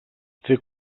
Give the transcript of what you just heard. fer